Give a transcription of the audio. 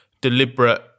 deliberate